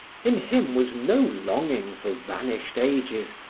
in him was no longing for vanished ages,